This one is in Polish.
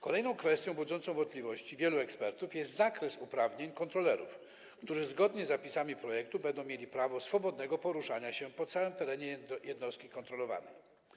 Kolejną kwestią budzącą wątpliwości wielu ekspertów jest zakres uprawnień kontrolerów, którzy zgodnie z zapisami projektu będą mieli prawo swobodnego poruszania się po całym terenie jednostki kontrolowanej.